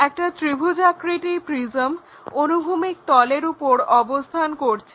একটা ত্রিভুজাকৃতির প্রিজম অনুভূমিক তলের উপরে অবস্থান করছে